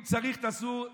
אם צריך, תעשו PCR,